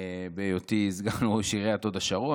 בהיותי סגן ראש עיריית הוד השרון,